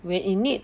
when in need